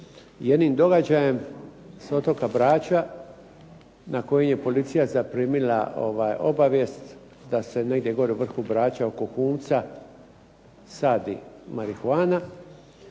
jednim događajem s otoka Brača na koji je policija primila obavijest da se negdje gore u vrhu Brača oko Kunca sadi marihuana.